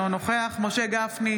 אינו נוכח משה גפני,